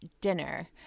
dinner